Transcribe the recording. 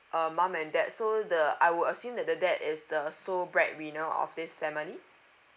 um mum and dad so the I will assume that the dad is the sole breadwinner of this family